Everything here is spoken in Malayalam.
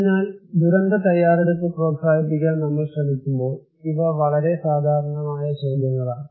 അതിനാൽ ദുരന്ത തയ്യാറെടുപ്പ് പ്രോത്സാഹിപ്പിക്കാൻ നമ്മൾ ശ്രമിക്കുമ്പോൾ ഇവ വളരെ സാധാരണമായ ചോദ്യങ്ങളാണ്